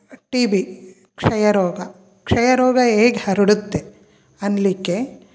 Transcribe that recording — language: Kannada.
ಟಿ ಬಿ ಕ್ಷಯರೋಗ ಕ್ಷಯರೋಗ ಹೇಗ್ ಹರಡುತ್ತೆ ಅನ್ನಲಿಕ್ಕೆ